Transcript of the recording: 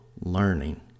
learning